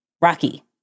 Rocky